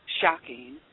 shocking